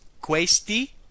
questi